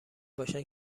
باشن